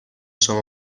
شما